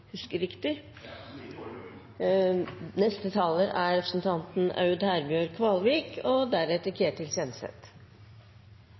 Neste taler er representanten og